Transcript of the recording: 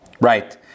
right